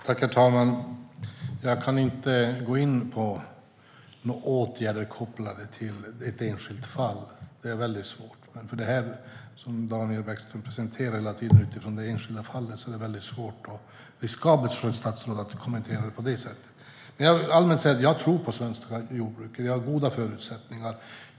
Herr talman! Jag kan inte gå in på några åtgärder kopplade till ett enskilt fall - det är väldigt svårt. Med det Daniel Bäckström hela tiden presenterar utifrån det enskilda fallet är det mycket svårt och riskabelt för ett statsråd att kommentera. Allmänt sett tror jag på svenskt jordbruk. Vi har goda förutsättningar.